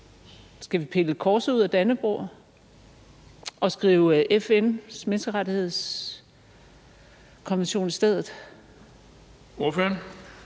Skal vi pille korset ud af Dannebrog og skrive FN's menneskerettighedskonvention i stedet? Kl.